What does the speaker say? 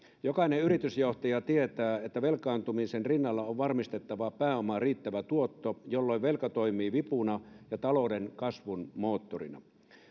jokainen yritysjohtaja tietää että velkaantumisen rinnalla on varmistettava pääoman riittävä tuotto jolloin velka toimii vipuna ja talouden kasvun moottorina